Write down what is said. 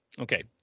Okay